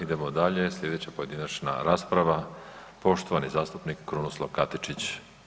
Idemo dalje, slijedeća pojedinačna rasprava, poštovani zastupnik Krunoslav Katičić.